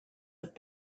have